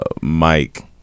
Mike